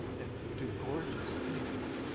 and do gorgeous things.